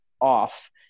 off